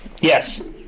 Yes